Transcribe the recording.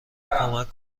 کمک